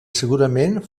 segurament